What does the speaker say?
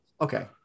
okay